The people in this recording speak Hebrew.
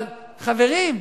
אבל, חברים,